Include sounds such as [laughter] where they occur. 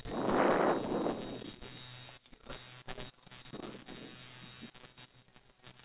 [breath]